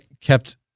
kept